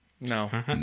No